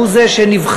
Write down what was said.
הוא זה שנבחר.